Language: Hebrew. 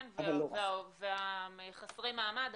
כן, וחסרי מעמד.